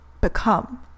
become